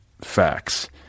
facts